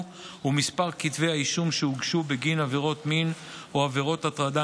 ומספר כתבי האישום שהוגשו בגין עבירות מין או עבירות הטרדה